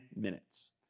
minutes